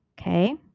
Okay